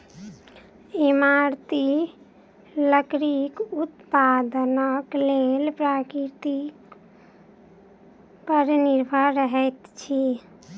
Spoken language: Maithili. इमारती लकड़ीक उत्पादनक लेल प्रकृति पर निर्भर रहैत छी